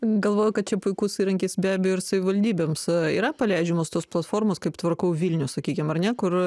galvoju kad čia puikus įrankis be abejo ir savivaldybėms yra paleidžiamos tos platformos kaip tvarkau vilnių sakykim ar ne kur